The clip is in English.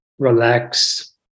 relax